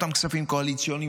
אותם כספים קואליציוניים,